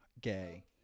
Gay